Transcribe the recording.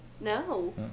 No